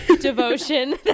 devotion